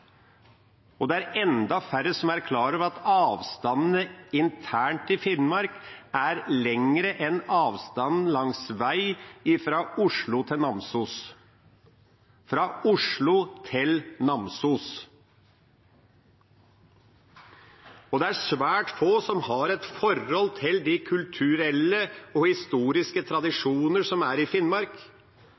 og det er enda færre som er klar over at avstandene internt i Finnmark er lengre enn avstanden langs vei fra Oslo til Namsos – fra Oslo til Namsos. Det er også svært få som har et forhold til de kulturelle og historiske tradisjoner som er i Finnmark,